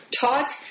taught